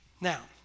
Now